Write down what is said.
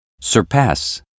surpass